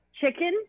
chicken